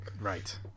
Right